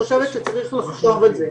צריך לחשוב על זה.